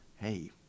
hey